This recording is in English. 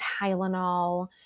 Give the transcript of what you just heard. Tylenol